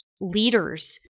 leaders